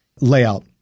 layout